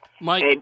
Mike